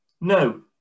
no